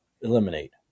eliminate